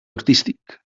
artístic